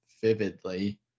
vividly